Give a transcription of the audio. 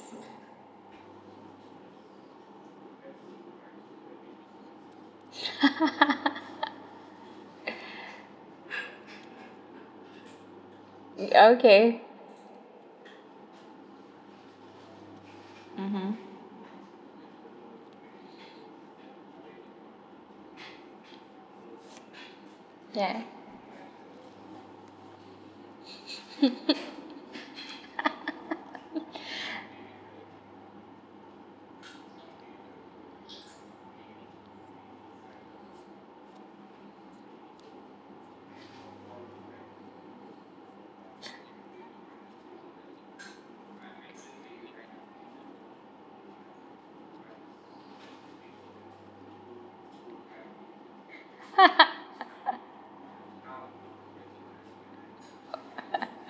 okay mmhmm yea